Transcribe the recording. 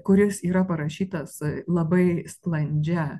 kuris yra parašytas labai sklandžia